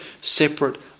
separate